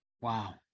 Wow